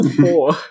four